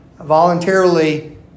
voluntarily